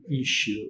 issue